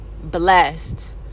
blessed